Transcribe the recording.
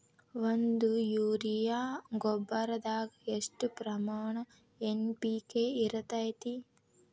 ಒಂದು ಯೂರಿಯಾ ಗೊಬ್ಬರದಾಗ್ ಎಷ್ಟ ಪ್ರಮಾಣ ಎನ್.ಪಿ.ಕೆ ಇರತೇತಿ?